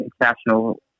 international